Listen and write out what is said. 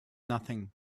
nothing